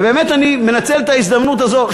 אני מנצל את ההזדמנות הזאת,